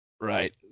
Right